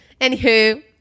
Anywho